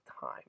time